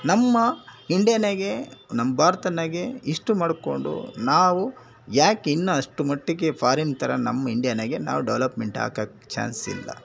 ನಮ್ಮ ಇಂಡಿಯಾದಾಗೆ ನಮ್ಮ ಭಾರತದಾಗೆ ಇಷ್ಟು ಮಾಡ್ಕೊಂಡು ನಾವು ಏಕೆ ಇನ್ನೂ ಅಷ್ಟು ಮಟ್ಟಿಗೆ ಫಾರಿನ್ ಥರ ನಮ್ಮ ಇಂಡಿಯಾದಾಗೆ ನಾವು ಡೆವಲಪ್ಮೆಂಟ್ ಯಾಕೆ ಆಗೋಕ್ಕೆ ಚಾನ್ಸ್ ಇಲ್ಲ